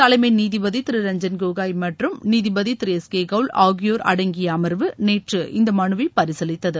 தலைமை நீதிபதி திரு ரஞ்சன் கோகோய் மற்றும் நீதிபதி திரு எஸ் கே கௌல் ஆகியோ் அடங்கி அமர்வு நேற்று இந்த மனுவை பரிசீலித்தது